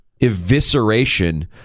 evisceration